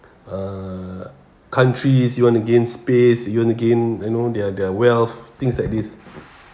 uh countries you want to gain space you want to gain you know their their wealth things like this